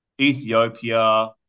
Ethiopia